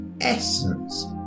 essence